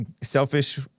selfish